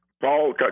Paul